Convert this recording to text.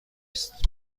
است